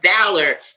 valor